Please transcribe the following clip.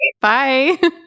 bye